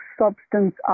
substance